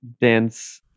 dance